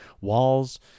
walls